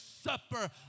supper